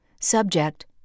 Subject